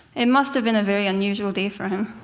it must have been a very unusual day for him.